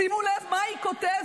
שימו לב מה היא כותבת,